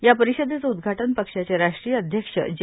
या परिषदेचं उद्घाटन पक्षाचे राष्ट्रीय अध्यक्ष जे